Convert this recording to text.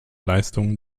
leistungen